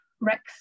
Rex